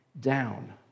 down